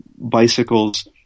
bicycles